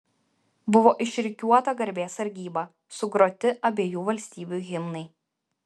buvo išrikiuota garbės sargyba sugroti abiejų valstybių himnai